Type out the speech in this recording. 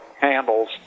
handles